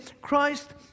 Christ